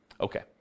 Okay